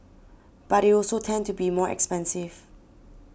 but they also tend to be more expensive